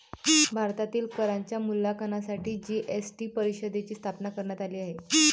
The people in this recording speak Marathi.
भारतातील करांच्या मूल्यांकनासाठी जी.एस.टी परिषदेची स्थापना करण्यात आली आहे